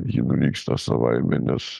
ji nunyksta savaime nes